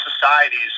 societies